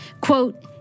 Quote